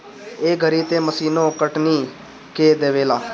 ए घरी तअ मशीनो कटनी कअ देवेला